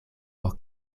por